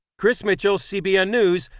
chris mitchell, cbn news.